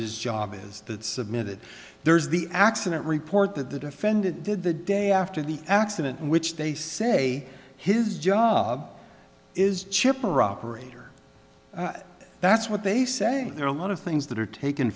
his job is that submitted there is the accident report that the defendant did the day after the accident which they say his job is chipper operator that's what they say there are a lot of things that are taken